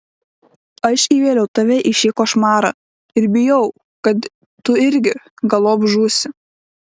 aš įvėliau tave į šį košmarą ir bijau kad tu irgi galop žūsi